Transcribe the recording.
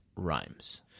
rhymes